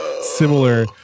similar